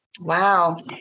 Wow